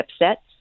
upset